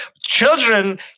children